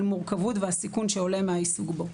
על מורכבות והסיכון שעולה מהעיסוק בו.